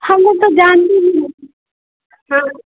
हम लोग तो जानते भी नहीं हाँ